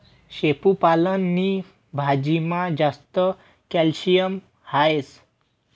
शेपू पालक नी भाजीमा जास्त कॅल्शियम हास